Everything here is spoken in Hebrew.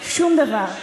שום דבר.